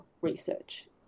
research